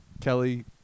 Kelly